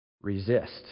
Resist